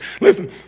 Listen